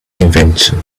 invention